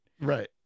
Right